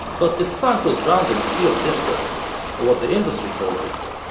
but this funk was drowned in a sea of disco, or what the industry called disco,